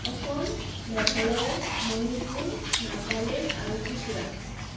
অসম মেঘালয় মণিপুৰ নাগালেণ্ড আৰু ত্ৰিপুৰা